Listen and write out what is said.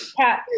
cat